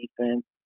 defense